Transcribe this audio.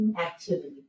activity